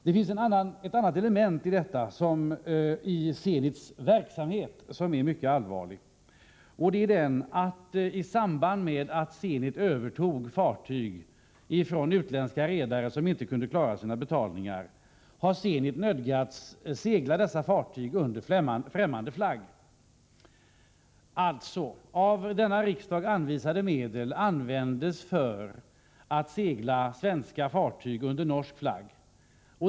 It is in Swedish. Det finns ett annat element i Zenits verksamhet som är mycket allvarligt. Det är att i samband med att Zenit övertagit fartyg från utländska redare som inte kunde klara sina betalningar har Zenit nödgats segla dessa fartyg under främmande flagg. Av denna riksdag anvisade medel används för att segla svenska fartyg under norsk flagg.